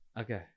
Okay